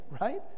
right